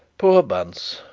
poor bunce,